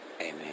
Amen